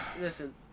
Listen